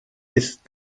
ist